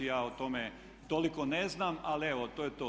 Ja o tome toliko ne znam, ali evo to je to.